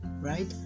right